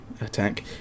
attack